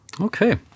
Okay